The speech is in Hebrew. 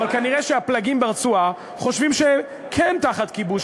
אבל כנראה הפלגים ברצועה חושבים שהן כן תחת כיבוש.